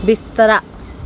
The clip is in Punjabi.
ਬਿਸਤਰਾ